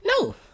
No